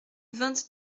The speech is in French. vingt